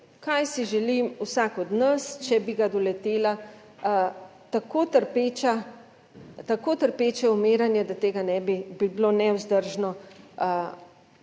kaj si želi vsak od nas, če bi ga doletela tako trpeča, tako trpeče umiranje, da tega ne bi bilo nevzdržno